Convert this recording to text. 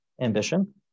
ambition